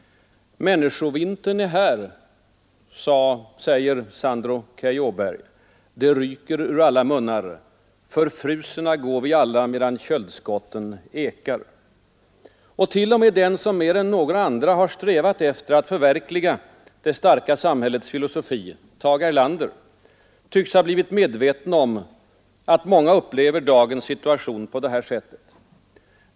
”Människovintern är här”, säger Sandro Key-Åberg. ”Det ryker ur alla munnar.” ”Förfrusna går vi alla medan köldskotten ekar.” T. o. m. den som mer än några andra har strävat efter att förverkliga det starka samhällets filosofi — Tage Erlander — tycks ha blivit medveten om att många upplever dagens situation på detta sätt.